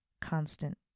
constant